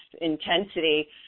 intensity